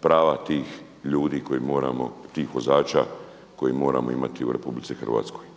prava tih ljudi koji moramo tih vozača koje moramo imati u RH.